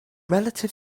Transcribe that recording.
relative